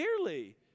clearly